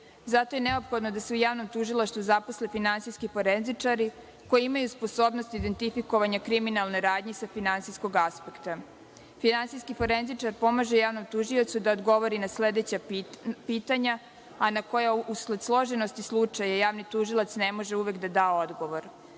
zato je neophodno da se u javnom tužilaštvu zaposle finansijski forenzičari koji imaju sposobnost identifikovanje kriminalne radnje sa finansijskog aspekta. Finansijski forenzičar pomaže javnom tužiocu da odgovori na sledeća pitanja, a na koja, usled složenosti slučaja, javni tužilac ne može uvek da da odgovor,